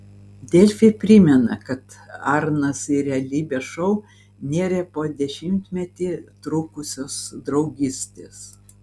delfi primena kad arnas į realybės šou nėrė po dešimtmetį trukusios draugystės